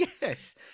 Yes